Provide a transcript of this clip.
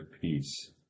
peace